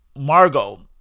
Margot